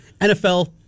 NFL